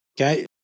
Okay